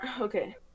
okay